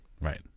Right